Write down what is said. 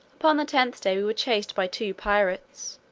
upon the tenth day we were chased by two pirates,